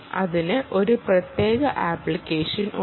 ഇതിന് ഒരു പ്രത്യേക ആപ്ലിക്കേഷൻ ഉണ്ട്